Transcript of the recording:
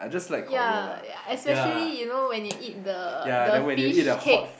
ya ya especially you know when you eat the the fish cake